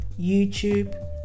YouTube